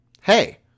Hey